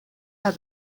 are